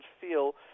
feel